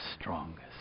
strongest